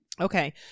okay